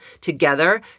together